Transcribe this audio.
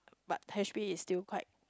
but H_P is still quite